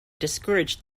discouraged